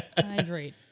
hydrate